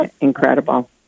incredible